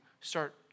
start